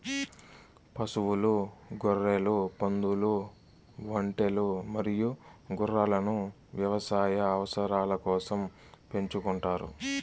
పశువులు, గొర్రెలు, పందులు, ఒంటెలు మరియు గుర్రాలను వ్యవసాయ అవసరాల కోసం పెంచుకుంటారు